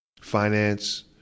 finance